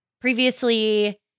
previously